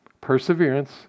Perseverance